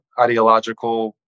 ideological